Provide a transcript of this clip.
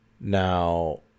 Now